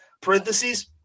parentheses